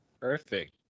Perfect